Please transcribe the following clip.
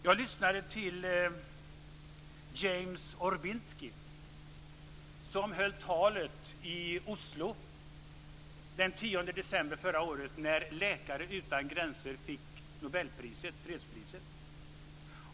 Jag lyssnade till James Orbinski, som höll talet i Oslo den 10 december förra året när Läkare utan gränser fick Nobels fredspris.